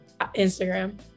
Instagram